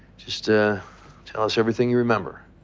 just ah tell us everything you remember.